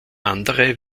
andere